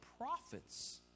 prophets